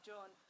John